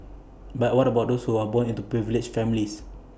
but what about those who are born into privileged families